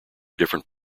different